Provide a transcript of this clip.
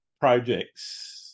projects